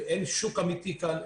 אין שוק אמיתי כאן.